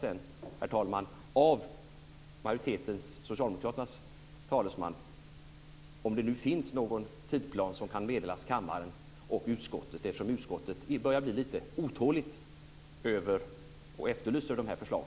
Herr talman, vi får väl senare höra från Socialdemokraternas talesman om det finns någon tidsplan som kan meddelas kammaren och utskottet, eftersom utskottet börjar bli lite otåligt och efterlyser dessa förslag.